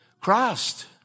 Christ